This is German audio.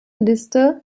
liste